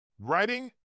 Writing